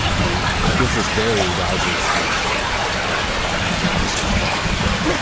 he he gives this very rousing speech about how dinosaurs walked with it.